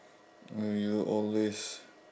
you you always